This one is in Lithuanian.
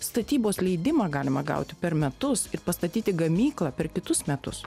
statybos leidimą galima gauti per metus ir pastatyti gamyklą per kitus metus